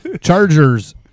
Chargers